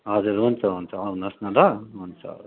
हजुर हुन्छ हुन्छ आउनुहोस् न ल हुन्छ हवस्